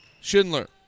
Schindler